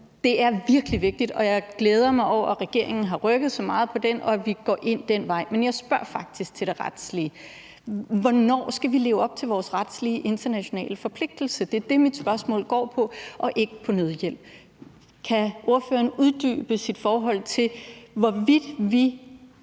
det er virkelig vigtigt, og jeg glæder mig over, at regeringen har rykket sig så meget på det område, og at vi går ind den vej. Men jeg spørger faktisk til det retslige: Hvornår skal vi leve op til de internationale retslige forpligtelse? Det er det, mit spørgsmål går på, og ikke nødhjælp. Kan ordføreren uddybe sit syn på, hvorvidt vi